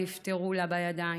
נפטרו לה בידיים.